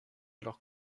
alors